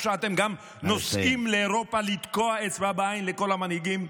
עכשיו אתם גם נוסעים לאירופה לתקוע אצבע בעין לכל המנהיגים.